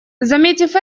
заметив